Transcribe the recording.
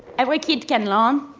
every kid can learn.